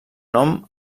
nom